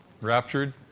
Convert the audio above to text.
Raptured